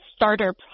Starter